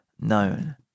known